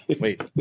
wait